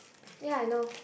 ya I know